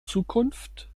zukunft